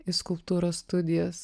į skulptūros studijas